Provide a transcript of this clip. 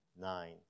nine